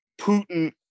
Putin